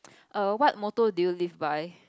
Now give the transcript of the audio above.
err what motto do you live by